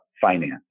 finance